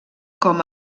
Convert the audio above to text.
com